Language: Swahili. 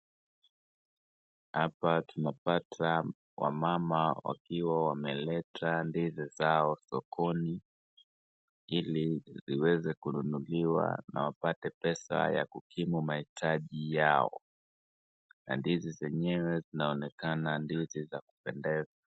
Hapa tunapata wamama wakiwa wameleta ndizi zao sokoni ili riweze kununuliwa na wapate pesa ya kukimu mahitaji yao. Ndizi zenyewe zaonekana ndizi za kupendeza.